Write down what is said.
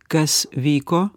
kas vyko